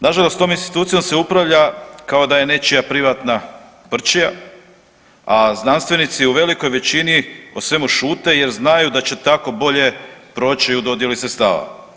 Nažalost tom institucijom se upravlja kao da je nečija privatna prčija, a znanstvenici u velikoj većini o svemu šute jer znaju da će tako bolje proći u dodjeli sredstava.